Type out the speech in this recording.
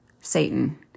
Satan